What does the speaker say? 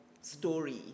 story